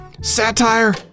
Satire